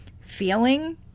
feeling